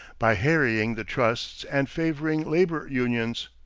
by harrying the trusts and favoring labor unions.